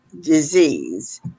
disease